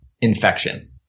infection